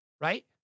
right